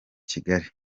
kigali